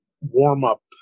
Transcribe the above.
warm-up